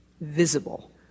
visible